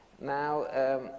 Now